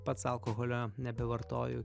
pats alkoholio nebevartoju